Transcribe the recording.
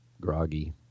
groggy